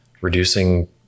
reducing